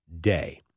day